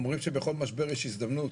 אומרים שבכל משבר יש הזדמנות,